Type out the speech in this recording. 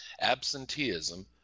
absenteeism